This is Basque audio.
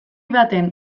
baten